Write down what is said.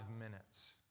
minutes